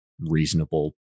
reasonable